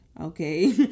okay